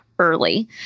Early